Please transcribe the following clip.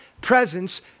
presence